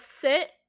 sit